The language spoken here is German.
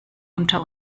unter